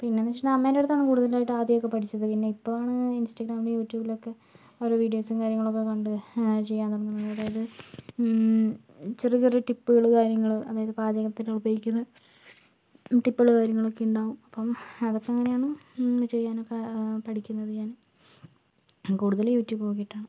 പിന്നെയെന്ന് വച്ചിട്ടുണ്ടെങ്കിൽ അമ്മേൻ്റെ അടുത്താണ് കൂടുതലായിട്ടും ആദ്യമൊക്കെ പഠിച്ചത് പിന്നെ ഇപ്പോൾ ആണ് ഇൻസ്റ്റാഗ്രാമിലും യൂട്യൂബിലൊക്കെ ഓരോ വീഡിയോസും കാര്യങ്ങളൊക്കെ കണ്ട് ചെയ്യാൻ തുടങ്ങുന്നത് അതായത് ചെറിയ ചെറിയ ടിപ്പുകൾ കാര്യങ്ങൾ അതായത് പാചകത്തിന് ഉപയോഗിക്കുന്ന ടിപ്പുകൾ കാര്യങ്ങളൊക്കെ ഉണ്ടാവും അപ്പം അതൊക്കെ അങ്ങനെയാണ് ഇങ്ങനെ ചെയ്യാനൊക്കെ പഠിക്കുന്നത് ഞാൻ കൂടുതൽ യൂട്യൂബ് നോക്കിയിട്ടാണ്